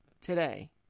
today